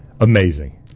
amazing